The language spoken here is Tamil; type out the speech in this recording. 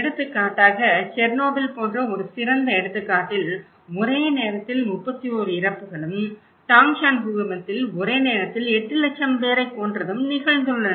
எடுத்துக்காட்டாக செர்னோபில் போன்ற ஒரு சிறந்த எடுத்துக்காட்டில் ஒரே நேரத்தில் 31 இறப்புகளும் டாங்ஷான் பூகம்பத்தில் ஒரே நேரத்தில் 800000 பேரைக் கொன்றதும் நிகழ்ந்துள்ளன